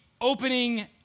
opening